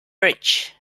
rich